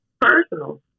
personal